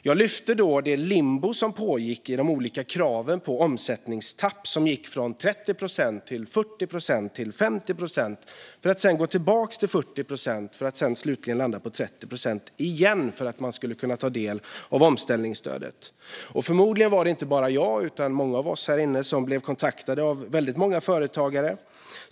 Jag lyfte då fram det limbo som pågick med de olika kraven på omsättningstapp som gick från 30 procent till 40 procent och till 50 procent, för att sedan gå tillbaka till 40 procent och slutligen landa på 30 procent igen, för att man skulle kunna få ta del av omställningsstödet. Förmodligen var det inte bara jag utan många av oss härinne som blev kontaktade av väldigt många företagare.